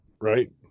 Right